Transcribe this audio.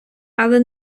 але